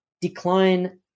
decline